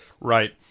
Right